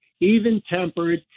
even-tempered